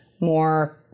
more